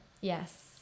Yes